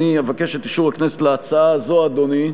אני אבקש את אישור הכנסת להצעה הזאת, אדוני,